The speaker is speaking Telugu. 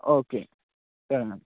ఓకే సరేనండి